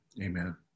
Amen